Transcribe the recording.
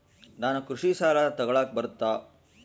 ನಾನು ಕೃಷಿ ಸಾಲ ತಗಳಕ ಬರುತ್ತಾ?